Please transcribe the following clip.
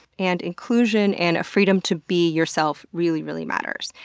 and inclusion and freedom to be yourself really, really matters.